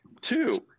Two